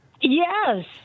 Yes